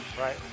Right